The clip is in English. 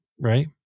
right